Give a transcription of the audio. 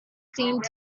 seemed